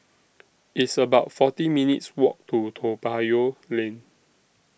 It's about forty minutes' Walk to Toa Payoh Lane